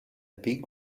big